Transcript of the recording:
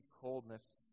coldness